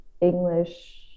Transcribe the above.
English